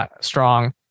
strong